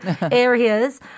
areas